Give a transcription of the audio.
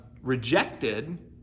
rejected